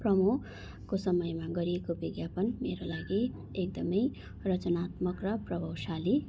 प्रमोको समयमा गरिएको विज्ञापन मेरो लागि एकदमै रचनात्मक र प्रभावशाली